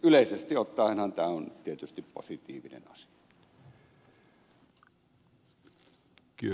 yleisesti ottaenhan tämä on tietysti positiivinen asia